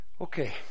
Okay